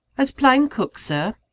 as plain cook, sir,